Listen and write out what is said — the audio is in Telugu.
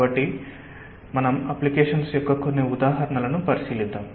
కాబట్టి మనము అప్లికేషన్స్ యొక్క కొన్ని ఉదాహరణలను పరిశీలిద్దాం